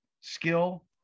Skill